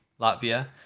Latvia